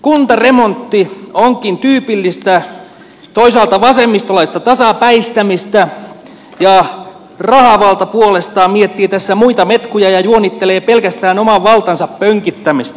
kuntaremontti onkin tyypillistä vasemmistolaista tasapäistämistä ja rahavalta puolestaan miettii tässä muita metkuja ja juonittelee pelkästään oman valtansa pönkittämistä